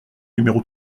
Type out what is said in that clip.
numéro